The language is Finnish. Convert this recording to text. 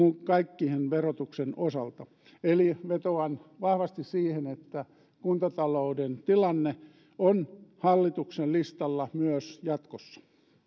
kaiken verotuksen osalta eli vetoan vahvasti siihen että kuntatalouden tilanne on hallituksen listalla myös jatkossa